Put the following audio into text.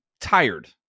tired